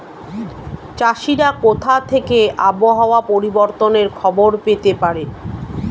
চাষিরা কোথা থেকে আবহাওয়া পরিবর্তনের খবর পেতে পারে?